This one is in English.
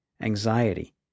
anxiety